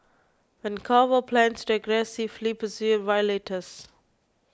Vancouver plans to aggressively pursue violators